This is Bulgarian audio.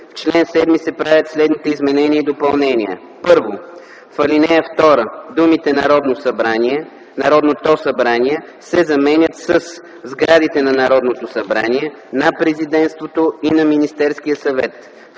В чл. 7 се правят следните изменения и допълнения: 1. В ал. 2 думите „Народното събрание” се заменят със „сградите на Народното събрание”, на Президентството и на Министерския съвет”.